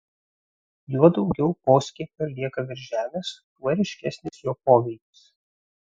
juo daugiau poskiepio lieka virš žemės tuo ryškesnis jo poveikis